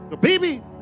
baby